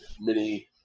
mini